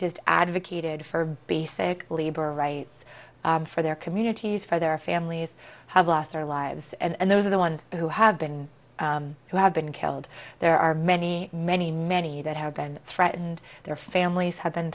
just advocated for basic labor rights for their communities for their families have lost their lives and those are the ones who have been who have been killed there are many many many that have been threatened their families have been